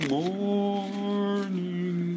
morning